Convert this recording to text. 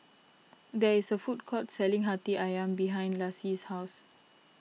there is a food court selling Hati Ayam behind Lassie's house